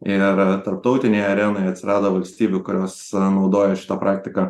ir tarptautinėj arenoj atsirado valstybių kurios naudoja šitą praktiką